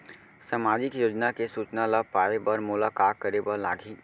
सामाजिक योजना के सूचना ल पाए बर मोला का करे बर लागही?